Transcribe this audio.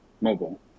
mobile